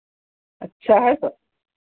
अच्छा है तो